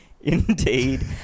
Indeed